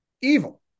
Evil